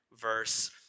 verse